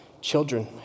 children